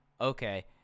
okay